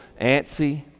antsy